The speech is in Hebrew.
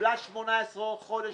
וקיבלה 18 חודשים.